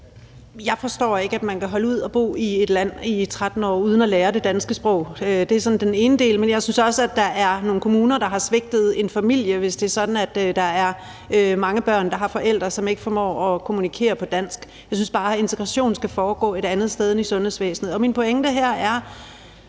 (SF): Jeg forstår ikke, at man kan holde ud at bo i et land i 13 år uden at lære sproget. Det er den ene del. Men jeg synes også, at der er nogle kommuner, der har svigtet nogle familier, hvis det er sådan, at der er mange børn, der har forældre, som ikke formår at kommunikere på dansk. Jeg synes bare, integrationen skal foregå et andet sted end i sundhedsvæsenet. Min pointe her er,